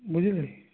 ବୁଝିଲେ